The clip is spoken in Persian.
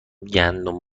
گندم